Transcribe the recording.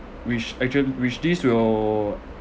which actually which this will